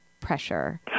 pressure